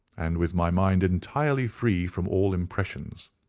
and with my mind and entirely free from all impressions.